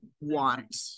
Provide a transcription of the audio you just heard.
want